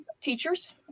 teachers